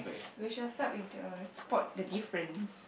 we shall start with the spot the difference